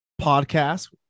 podcast